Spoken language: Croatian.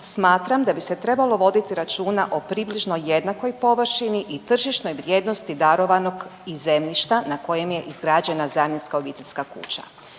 smatram da bi se trebalo voditi računa o približno jednakoj površini i tržišnoj vrijednosti darovanog i zemljišta na kojem je izgrađena zamjenska obiteljska kuća.